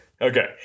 Okay